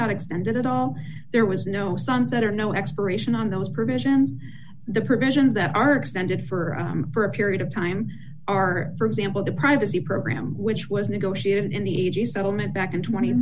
not extended at all there was no sunset or no expiration on those provisions the provisions that are extended for for a period of time are for example the privacy program which was negotiated in the eighty's settlement back in twenty